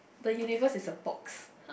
the universe is a box